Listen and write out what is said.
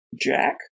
jack